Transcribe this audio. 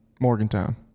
Morgantown